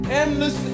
endless